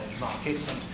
markets